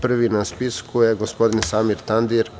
Prvi na spisku je gospodin Samir Tandir.